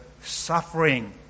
suffering